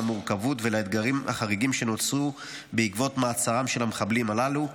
למורכבות ולאתגרים החריגים שנוצרו בעקבות מעצרם של המחבלים הללו.